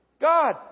God